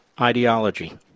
ideology